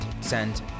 send